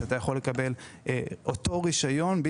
בהם אתה יכול לקבל רישיון זהה,